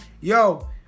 yo